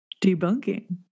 debunking